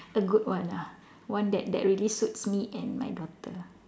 a good one ah one that that really suits me and my daughter